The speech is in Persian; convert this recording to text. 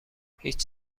هیچ